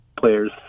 players